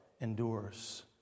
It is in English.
endures